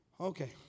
Okay